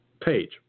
page